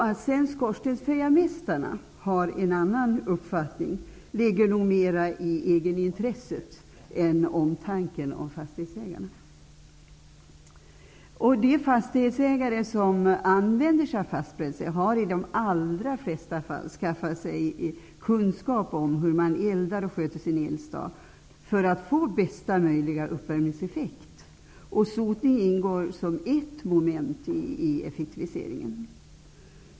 Att sedan skorstensfejarmästarna har en annan uppfattning beror nog mer på egenintresse än omtanke om fastighetsägarna. De fastighetsägare som använder sig av fast bränsle har i de allra flesta fall skaffat sig kunskap om hur man eldar och sköter sin eldstad för att få bästa möjliga uppvärmningseffekt, och sotningen ingår som ett moment i effektiviseringen.